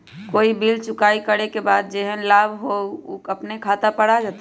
कोई बिल चुकाई करे के बाद जेहन लाभ होल उ अपने खाता पर आ जाई?